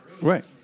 Right